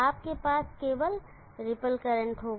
आपके पास केवल रिपल करंट होगा